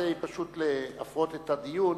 פשוט רק כדי להפרות את הדיון,